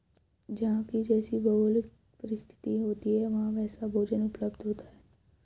जहां की जैसी भौगोलिक परिस्थिति होती है वहां वैसा भोजन उपलब्ध होता है